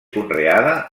conreada